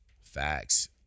Facts